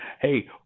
Hey